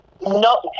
no